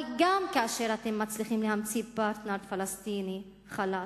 אבל גם כאשר אתם מצליחים להמציא פרטנר פלסטיני חלש,